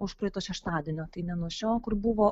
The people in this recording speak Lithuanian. užpraeito šeštadienio tai ne nuo šio kur buvo